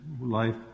life